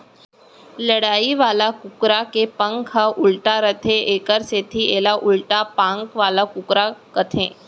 लड़ई वाला कुकरा के पांख ह उल्टा रथे एकर सेती एला उल्टा पांख वाला कुकरा कथें